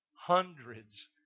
hundreds